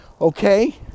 Okay